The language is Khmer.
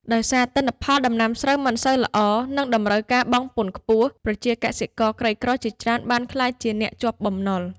ដោយសារទិន្នផលដំណាំស្រូវមិនសូវល្អ និងតម្រូវការបង់ពន្ធខ្ពស់ ប្រជាកសិករក្រីក្រជាច្រើនបានក្លាយជាអ្នកជាប់បំណុល។